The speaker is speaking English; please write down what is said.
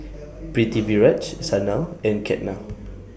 Pritiviraj Sanal and Ketna